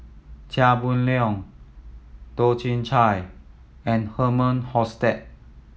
Chia Boon Leong Toh Chin Chye and Herman Hochstadt